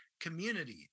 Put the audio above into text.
Community